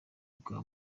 bwa